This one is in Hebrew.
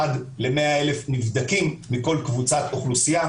ל-100,000 נבדקים מכל קבוצת אוכלוסייה,